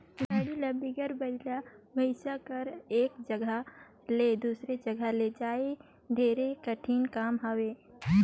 गाड़ा ल बिगर बइला भइसा कर एक जगहा ले दूसर जगहा लइजई ढेरे कठिन काम हवे